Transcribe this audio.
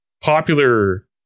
popular